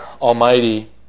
Almighty